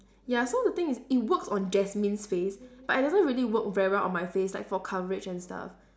ya so the thing is it works on jasmine's face but it doesn't really work very well on my face like for coverage and stuff